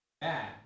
Bad